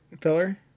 filler